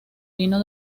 vino